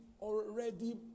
already